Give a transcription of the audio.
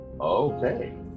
Okay